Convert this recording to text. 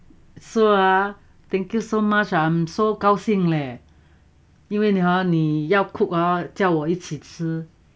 so uh thank you so much uh I'm so 高兴咧因为哈你要 cook uh 叫我一起吃